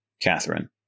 Catherine